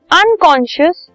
unconscious